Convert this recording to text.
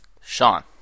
Sean